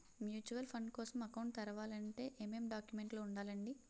Mutual fund కోసం account తెరవాలంటే ఏమేం డాక్యుమెంట్లు ఉండాలండీ?